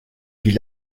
vit